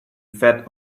fed